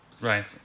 right